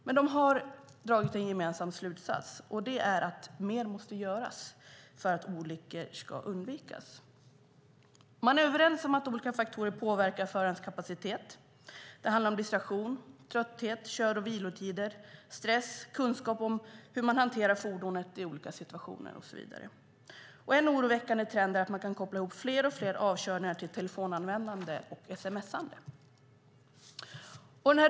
De har dock dragit en gemensam slutsats, och det är att mer måste göras för att olyckor ska undvikas. Man är överens om att olika faktorer påverkar förarens kapacitet. Det handlar om distraktion, trötthet, kör och vilotider, stress, kunskap om hur man hanterar fordonet i olika situationer och så vidare. En oroväckande trend är att man kan koppla ihop fler och fler avkörningar med telefonanvändande och sms:ande.